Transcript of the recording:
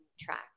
track